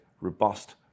robust